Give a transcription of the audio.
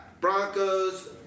Broncos